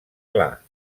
clar